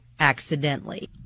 Accidentally